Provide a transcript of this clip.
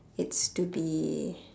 it's to be